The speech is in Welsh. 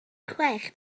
chwech